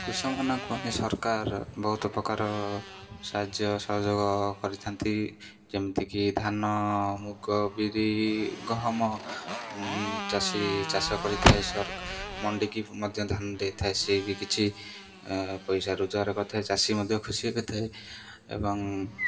କୃଷକ ମାନଙ୍କ ପାଇଁ ସରକାର ବହୁତ ପ୍ରକାର ସାହାଯ୍ୟ ସହଯୋଗ କରିଥାନ୍ତି ଯେମିତିକି ଧାନ ମୁଗ ବିରି ଗହମ ଚାଷୀ ଚାଷ କରିଥାଏ ମଣ୍ଡିିକି ମଧ୍ୟ ଧାନ ଦେଇଥାଏ ସେ ବି କିଛି ପଇସା ରୋଜଗାର କରିଥାଏ ଚାଷୀ ମଧ୍ୟ ଖୁସି ହୋଇଥାଏ ଏବଂ